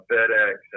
FedEx